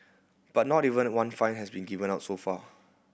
but not even one fine has been given out so far